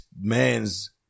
man's